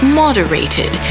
moderated